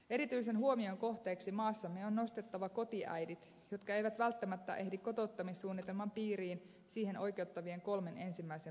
erityisen huomion kohteeksi maassamme on nostettava kotiäidit jotka eivät välttämättä ehdi kotouttamissuunnitelman piiriin siihen oikeuttavien kolmen ensimmäisen vuoden aikana